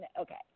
okay